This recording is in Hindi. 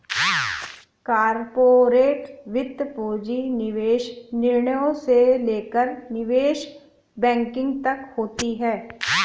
कॉर्पोरेट वित्त पूंजी निवेश निर्णयों से लेकर निवेश बैंकिंग तक होती हैं